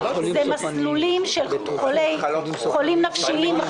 מדובר על חולים נפשיים,